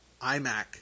iMac